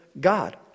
God